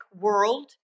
world